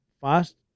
fast